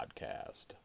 podcast